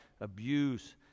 abuse